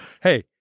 Hey